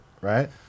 right